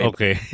Okay